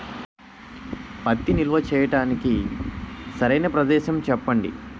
పత్తి నిల్వ చేయటానికి సరైన ప్రదేశం చెప్పండి?